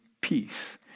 peace